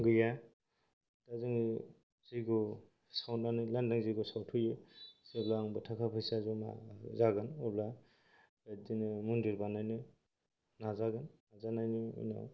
गैया दा जोङो जय्ग सावनानै लानदां जायगायाव सावथ'यो जेब्ला आं बाथौ मन्दिर बानायनो नाजागोन